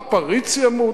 הפריץ ימות,